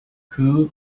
who